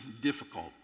difficult